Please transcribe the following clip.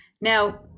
Now